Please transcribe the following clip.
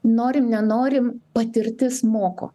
norim nenorim patirtis moko